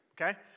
okay